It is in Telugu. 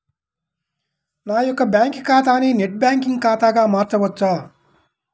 నా యొక్క బ్యాంకు ఖాతాని నెట్ బ్యాంకింగ్ ఖాతాగా మార్చవచ్చా?